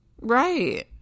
Right